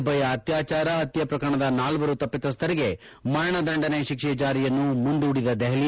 ನಿರ್ಭಯಾ ಅತ್ಕಾಚಾರ ಪತ್ಯೆ ಪ್ರಕರಣದ ನಾಲ್ವರು ತಪ್ಪಿತಸ್ವರಿಗೆ ಮರಣ ದಂಡನೆ ಶಿಕ್ಷೆ ಜಾರಿಯನ್ನು ಮುಂದೂಡಿದ ದೆಹಲಿ